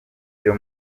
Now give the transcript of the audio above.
byo